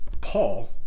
Paul